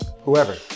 whoever